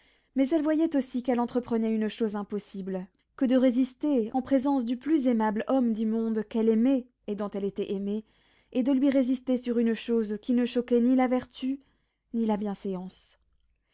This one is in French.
mais elle voyait aussi qu'elle entreprenait une chose impossible que de résister en présence au plus aimable homme du monde qu'elle aimait et dont elle était aimée et de lui résister sur une chose qui ne choquait ni la vertu ni la bienséance